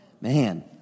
Man